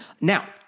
Now